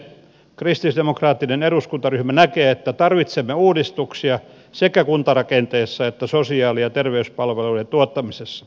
kristillisdemokraattinen eduskuntaryhmä näkee että tarvitsemme uudistuksia sekä kuntarakenteessa että sosiaali ja terveyspalveluiden tuottamisessa